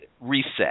reset